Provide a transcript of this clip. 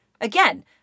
Again